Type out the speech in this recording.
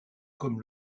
comme